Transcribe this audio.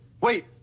Wait